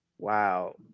Wow